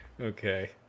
Okay